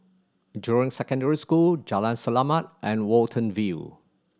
Jurong Secondary School Jalan Selamat and Watten View